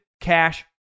Cash